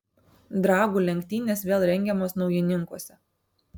dragų lenktynės vėl rengiamos naujininkuose